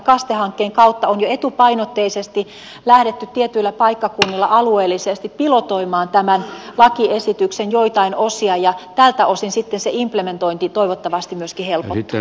kaste hankkeen kautta on jo etupainotteisesti lähdetty tietyillä paikkakunnilla alueellisesti pilotoimaan tämän lakiesityksen joitain osia ja tältä osin sitten se implementointi toivottavasti myöskin helpottuu